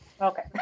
okay